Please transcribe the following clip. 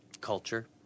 culture